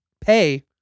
pay